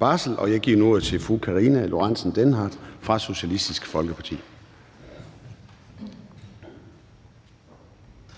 barsel. Jeg giver nu ordet til fru Karina Lorentzen Dehnhardt fra Socialistisk Folkeparti.